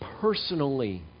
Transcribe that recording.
personally